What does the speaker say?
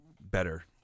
better